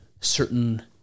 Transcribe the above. certain